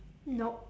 nope